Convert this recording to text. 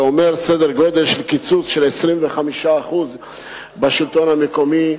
זה אומר קיצוץ של כ-25% בשלטון המקומי.